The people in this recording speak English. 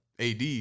AD